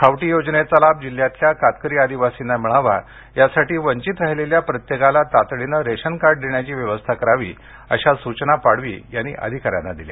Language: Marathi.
खावटी योजनेचा लाभ जिल्ह्यातल्या कातकरी आदिवासींना मिळावा यासाठी वंचित राहिलेल्या प्रत्येकाला तातडीनं रेशन कार्ड देण्याची व्यवस्था करावी अशा सूचना पाडवी यांनी अधिकाऱ्यांना दिल्या